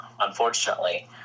unfortunately